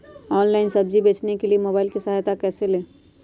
Online सब्जी बेचने के लिए मोबाईल की सहायता कैसे ले?